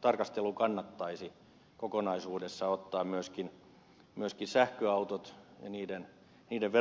tarkasteluun kannattaisi kokonaisuudessa ottaa myöskin sähköautot ja niiden veroratkaisut